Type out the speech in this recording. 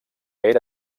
era